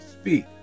speak